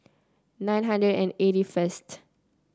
nine hundred and eighty first